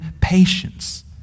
patience